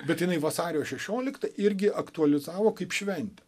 bet jinai vasario šešioliktą irgi aktualizavo kaip šventę